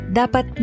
dapat